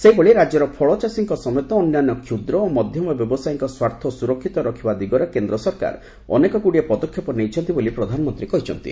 ସେହିଭଳି ରାଜ୍ୟର ଫଳଚାଷୀଙ୍କ ସମେତ ଅନ୍ୟାନ୍ୟ କ୍ଷୁଦ୍ର ଓ ମଧ୍ୟମ ବ୍ୟବସାୟୀଙ୍କ ସ୍ୱାର୍ଥ ସୁରକ୍ଷିତ ରଖିବା ଦିଗରେ କେନ୍ଦ୍ର ସରକାର ଅନେକଗୁଡ଼ିଏ ପଦକ୍ଷେପ ନେଇଛନ୍ତି ବୋଲି ପ୍ରଧାନମନ୍ତ୍ରୀ କହିଚ୍ଛନ୍ତି